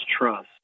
trust